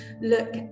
look